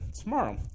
tomorrow